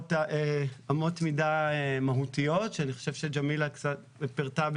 אמות מידה מהותיות שאני חושב שג'מילה קצת פירטה,